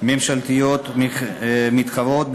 ממשלתיות מתחרות,